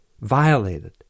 violated